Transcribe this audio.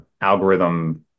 algorithm